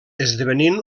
esdevenint